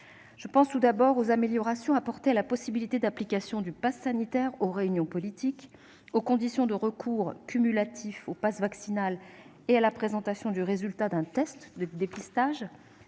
Je pense tout d'abord aux améliorations concernant la possibilité d'application du passe sanitaire aux réunions politiques, aux conditions de recours cumulatif au passe vaccinal et à la présentation du résultat d'un test de dépistage.